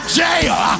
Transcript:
jail